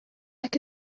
like